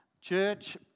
Church